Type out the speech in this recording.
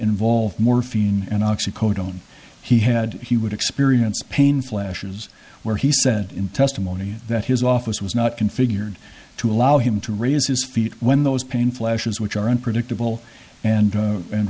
involved morphine and oxy coat on he had he would experience pain flashes where he said in testimony that his office was not configured to allow him to raise his feet when those pain flashes which are unpredictable and a